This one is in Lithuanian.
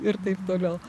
ir taip toliau